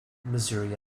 missouri